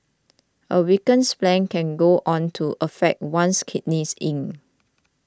a weakened spleen can go on to affect one's kidney yin